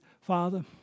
Father